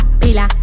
pila